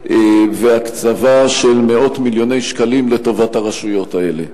והקצבה של מאות מיליוני שקלים לטובת הרשויות האלה.